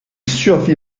survit